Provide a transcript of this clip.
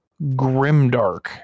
grimdark